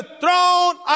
throne